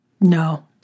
No